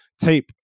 tape